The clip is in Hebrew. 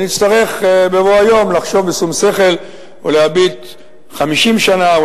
ונצטרך בבוא היום לחשוב בשום שכל ולהביט 50 שנה,